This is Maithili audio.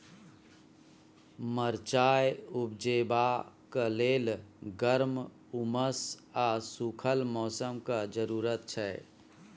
मरचाइ उपजेबाक लेल गर्म, उम्मस आ सुखल मौसमक जरुरत छै